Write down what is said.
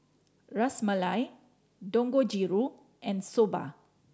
Ras Malai Dangojiru and Soba